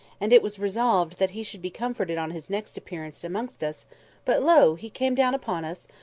and it was resolved that he should be comforted on his next appearance amongst us but, lo! he came down upon us,